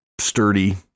sturdy